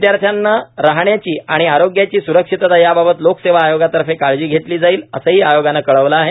विद्यार्थ्यांना राहण्याची आणि आरोग्याची सुरक्षितता याबाबत लोकसेवा आयोगातर्फे काळजी घेतली जाईल असही आयोगान कळवल आहे